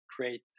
create